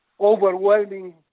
overwhelming